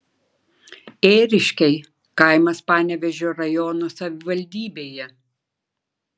ėriškiai kaimas panevėžio rajono savivaldybėje